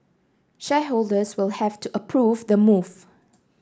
shareholders will have to approve the move